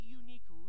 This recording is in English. unique